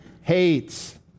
hates